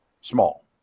Small